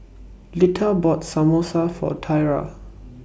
Lita bought Samosa For Tiarra